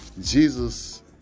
Jesus